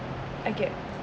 I get